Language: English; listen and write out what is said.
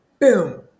boom